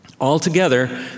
Altogether